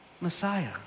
Messiah